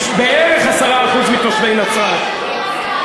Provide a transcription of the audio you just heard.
בערך 10% מתושבי נצרת.